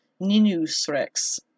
ninusrex